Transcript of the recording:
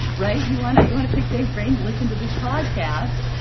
right? you want you want to pick dave's brain, listen to this podcast,